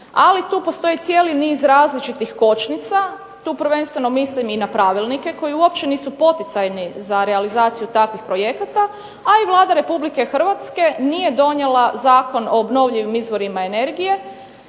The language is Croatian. ali tu postoji cijeli niz različitih kočnica, tu prvenstveno mislim i na pravilnike koji uopće nisu poticajni za realizaciju takvih projekata, a i Vlada Republike Hrvatske nije donijela Zakon o obnovljivim izvorima energije